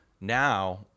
Now